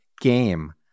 game